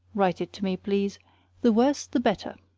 write it to me, please the worse, the better.